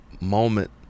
moment